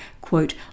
quote